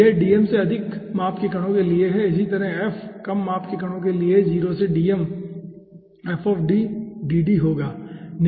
यह dm से अधिक माप के कणों के लिए है इसी तरह F कम माप के कणों के लिए 0 से dm होगा